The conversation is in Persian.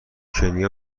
کنیا